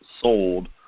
sold